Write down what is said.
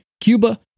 Cuba